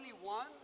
one